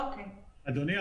אדוני,